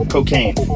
Cocaine